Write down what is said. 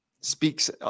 speaks